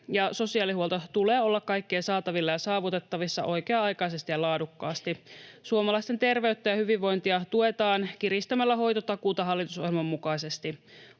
ja sosiaalihuollon tulee olla kaikkien saatavilla ja saavutettavissa oikea-aikaisesti ja laadukkaasti. Suomalaisten terveyttä ja hyvinvointia tuetaan kiristämällä hoitotakuuta hallitusohjelman mukaisesti.